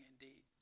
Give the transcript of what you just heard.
indeed